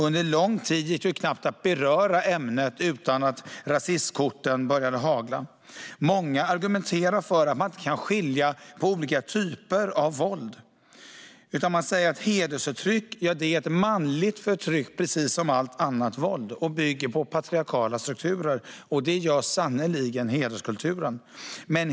Under lång tid gick det knappt att beröra ämnet utan att rasistkorten började hagla. Många argumenterar för att man inte kan skilja på olika typer av våld utan säger att hedersförtryck är ett manligt förtryck precis som allt annat våld och att det bygger på patriarkala strukturer. Det gör sannerligen hederskulturen.